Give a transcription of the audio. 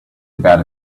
about